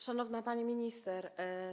Szanowna Pani Minister!